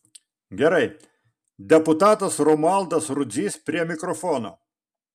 gerai deputatas romualdas rudzys prie mikrofono